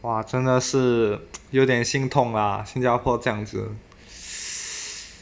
哇真的是有点心痛啊新加坡这样子